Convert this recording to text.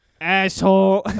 Asshole